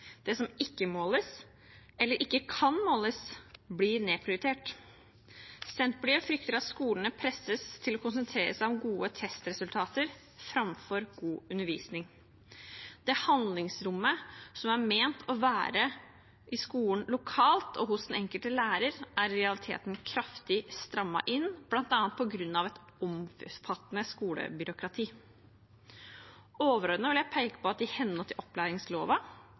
Det som ikke måles – eller ikke kan måles – blir nedprioritert. Senterpartiet frykter at skolene presses til å konsentrere seg om gode testresultater framfor god undervisning. Det handlingsrommet som er ment å være i skolen lokalt og hos den enkelte lærer, er i realiteten kraftig strammet inn, bl.a. på grunn av et omfattende skolebyråkrati. Overordnet vil jeg peke på at i henhold til opplæringsloven